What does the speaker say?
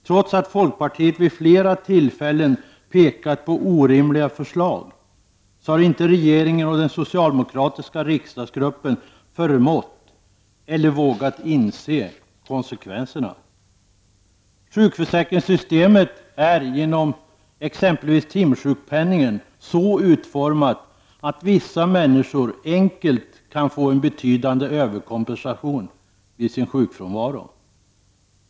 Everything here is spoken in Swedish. Trots att folkpartiet vid flera tillfällen framhållit orimligheten i regeringens förslag, har inte regeringen eller den socialdemokratiska riksdagsgruppen förmått eller vågat inse konsekvenserna av förslagen. Sjukförsäkringssystemet är genom exempelvis timsjukpenningen så utformat att vissa människor enkelt kan få en betydande överkompensation vid sjukfrånvaro.